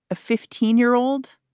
a fifteen year old.